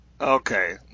Okay